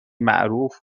معروف